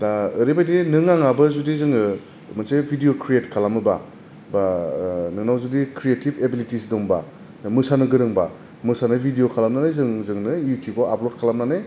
दा ओरैबादि नों आंआबो जुदि जोङो मोनसे भिदिअ खृएथस खालामोबा बा नोंनाव जुदि खृएथिबस एबिलिथिस दंबा मोसानो गोरोंबा मोसानाय भिदिअ खालामननै जों जोंनो इउथुबाव आफलद खालामनानै